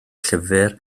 llyfr